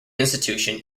institution